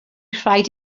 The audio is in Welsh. rhaid